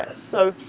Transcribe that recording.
so, so,